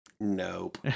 Nope